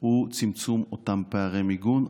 הוא צמצום אותם פערי מיגון.